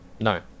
No